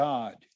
God